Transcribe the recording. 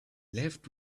left